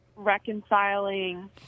Reconciling